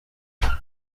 nta